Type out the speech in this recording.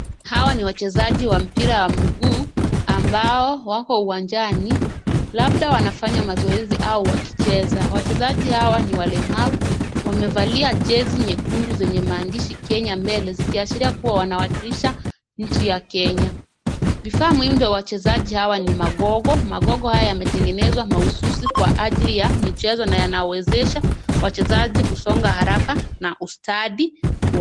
Hawa ni wachezaji wa mpira ya mguu ambao wako uwanjani labda wanafanya mazoezi au wakicheza. Wachezaji hawa ni walemavu, wamevalia jezi nyekundu zenye maandishi Kenya Mbele zikiashiria kuwa wanawakilisha nchi ya Kenya. Vifaa muhimu ya wachezaji hawa ni magogo. Magogo haya yametengenezwa mahususi kwa ajili ya michezo na yanawezesha wachezaji kusonga haraka na ustadi.